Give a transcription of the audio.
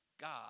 God